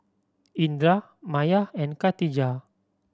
Indra Maya and Katijah